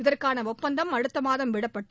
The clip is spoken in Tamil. இதற்கான ஒப்பந்தம் அடுத்த மாதம் விடப்பட்டு